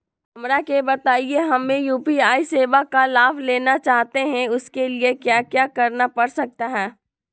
हमरा के बताइए हमें यू.पी.आई सेवा का लाभ लेना चाहते हैं उसके लिए क्या क्या करना पड़ सकता है?